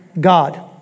God